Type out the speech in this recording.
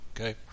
Okay